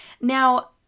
Now